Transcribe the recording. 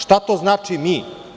Šta to znači „mi“